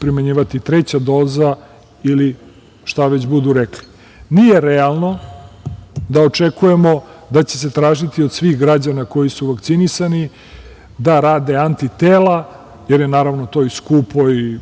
primenjivati treća doza ili šta već budu rekli. Nije realno da očekujemo da će se tražiti od svih građana koji su vakcinisani da rade antitela, jer je naravno to i skupo i